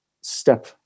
step